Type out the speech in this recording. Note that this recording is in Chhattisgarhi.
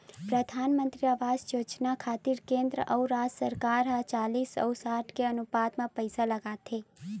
परधानमंतरी आवास योजना खातिर केंद्र अउ राज सरकार ह चालिस अउ साठ के अनुपात म पइसा लगाथे